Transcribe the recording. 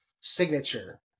signature